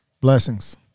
Blessings